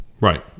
Right